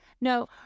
No